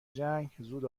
جنگ، زود